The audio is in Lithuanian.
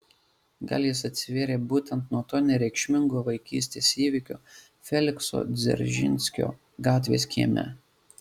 gal jis atsivėrė būtent nuo to nereikšmingo vaikystės įvykio felikso dzeržinskio gatvės kieme